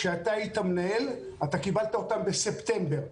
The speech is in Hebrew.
כשאתה היית מנהל אתה קיבלת אותם בספטמבר,